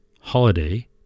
holiday